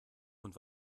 und